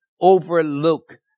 overlook